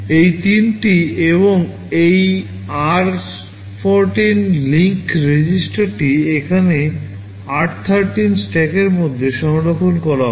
এই তিনটি এবং এই আর 14 লিঙ্ক রেজিস্টারটি এখানে r13 স্ট্যাকের মধ্যে সংরক্ষণ করা হয়